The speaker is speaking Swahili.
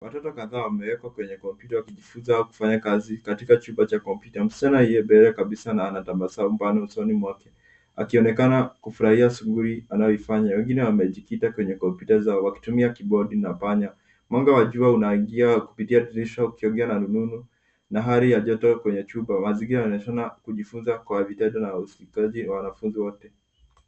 Watoto kadhaa wamewekwa kwenye komputa kujifunza au kufanya kazi katika chumba cha komputa. Msichana aliye mbele kabisa na ana tabasamu pana usoni mwake akionekana kufurahia shughuli anayoifanya. Wengine wamejikita kwenye komputa zao wakitumia kibodi na panya. Mwanga wa jua unaingia kupitia dirisha ukiongea na rununu na hali ya joto kwenye chupa. Mazingira yanaonyeshana kujifunza kwa vitendo na usikilizaji wa wanafunzi wote.